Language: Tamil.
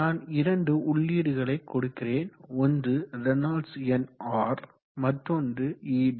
நான் இரண்டு உள்ளீடுகளை கொடுக்கிறேன் ஒன்று ரேனால்ட்ஸ் எண் R மற்றொன்று ed